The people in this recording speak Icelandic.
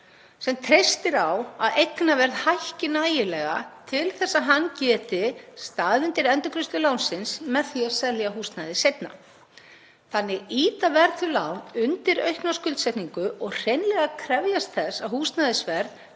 sem treystir á að eignaverð hækki nægilega til að hann geti staðið undir endurgreiðslu lánsins með því að selja húsnæðið seinna. Þannig ýta verðtryggð lán undir aukna skuldsetningu og hreinlega krefjast þess að húsnæðisverð